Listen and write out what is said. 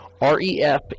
R-E-F